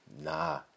Nah